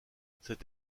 cette